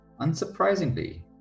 unsurprisingly